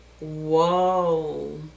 Whoa